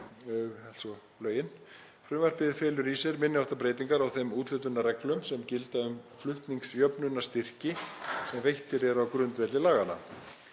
Frumvarpið felur í sér minni háttar breytingar á þeim úthlutunarreglum sem gilda um flutningsjöfnunarstyrki sem veittir eru á grundvelli laganna.